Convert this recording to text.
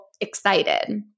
excited